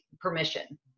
permission